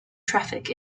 traffic